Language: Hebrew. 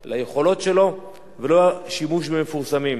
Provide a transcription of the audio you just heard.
על היכולות שלו וללא שימוש במפורסמים.